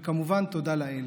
וכמובן, תודה לאל.